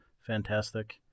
fantastic